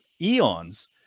eons